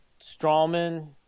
Strawman